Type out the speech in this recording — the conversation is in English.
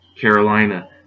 Carolina